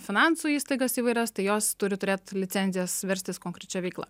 finansų įstaigas įvairias tai jos turi turėt licencijas verstis konkrečia veikla